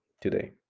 today